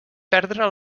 perdre